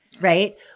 right